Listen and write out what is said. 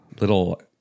little